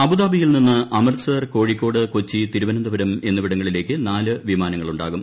അബുദാബിയിൽ നിന്ന് അമൃത്സർ കോഴിക്കോട് കൊച്ചി തിരുവനന്തപുരം എന്ന്രീവിടങ്ങളിലേക്ക് നാല് വിമാനങ്ങളുണ്ടാവും